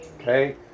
Okay